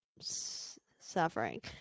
suffering